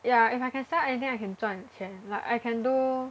ya if I can sell anything I can 赚钱 like I can do